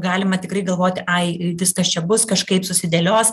galima tikrai galvoti ai viskas čia bus kažkaip susidėlios